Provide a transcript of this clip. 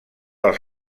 els